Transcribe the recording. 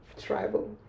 tribal